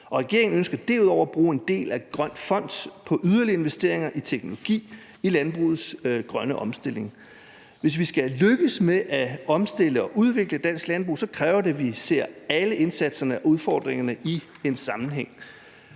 Regeringen ønsker derudover at bruge en del af en grøn fond på yderligere investeringer i teknologi i landbrugets grønne omstilling. Hvis vi skal lykkes med at omstille og udvikle danske landbrug, kræver det, at vi ser alle indsatserne og udfordringerne i en sammenhæng.